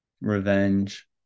revenge